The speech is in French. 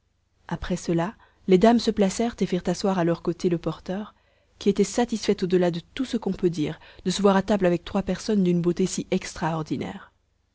après cela les dames se placèrent et firent asseoir à leurs côtés le porteur qui était satisfait au delà de tout ce qu'on peut dire de se voir à table avec trois personnes d'une beauté si extraordinaire